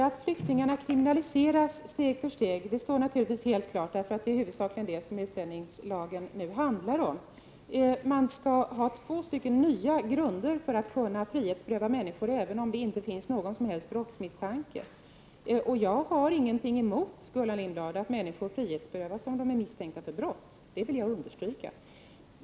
Fru talman! Det står naturligtvis helt klart att flyktingarna kriminaliseras steg för steg. Det är huvudsakligen det som den föreslagna utlänningslagen handlar om. Det blir två nya grunder för frihetsberövande, även om det inte finns någon som helst brottsmisstanke. Jag har, Gullan Lindblad, ingenting emot att människor berövas friheten om de är misstänkta för brott — det vill jag understryka.